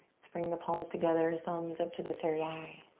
let's bring the palms together, thumbs up to the third eye.